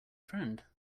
friend